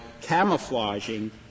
camouflaging